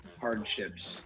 hardships